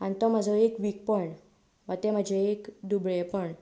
आनी तो म्हजो एक वीक पोयंट वा तें म्हजें एक दुबळेंपण